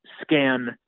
scan